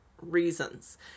reasons